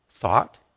thought